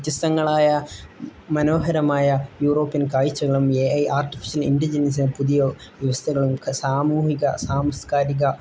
വ്യത്യസ്തങ്ങളായ മനോഹരമായ യൂറോപ്പിയൻ കാഴ്ചകളും എ ഐ ആർട്ടിഫിഷ്യൽ ഇൻ്ലിജൻസിന് പുതിയ വ്യവസ്ഥകളും സാമൂഹിക സാംസ്കാരിക